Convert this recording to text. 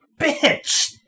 Bitch